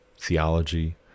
theology